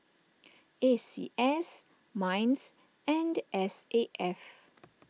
A C S Minds and S A F